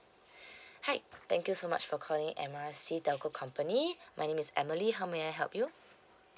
hi thank you so much for calling M_R_C telco company my name is emily how may I help you